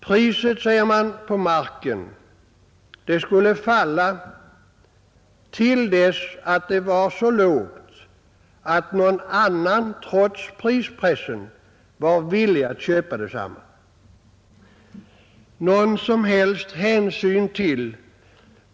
Priset på marken, säger man, skulle falla till dess att det var så lågt att någon annan trots prispressen var villig att köpa den.